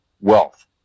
wealth